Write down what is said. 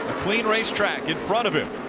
clean racetrack in front of him.